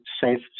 safe